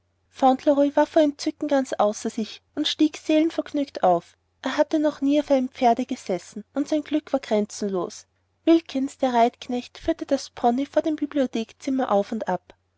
war vor entzücken ganz außer sich und stieg seelenvergnügt auf er hatte noch nie auf einem pferde gesessen und sein glück war grenzenlos wilkins der reitknecht führte den pony vor dem bibliothekzimmer auf und ab